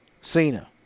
Cena